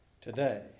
today